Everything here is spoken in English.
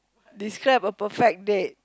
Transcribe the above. describe a perfect date